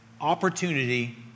opportunity